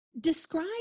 Describe